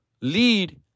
lead